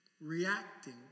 Reacting